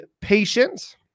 patience